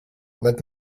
let